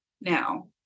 now